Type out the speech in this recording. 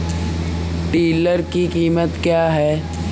Tiller की कीमत क्या है?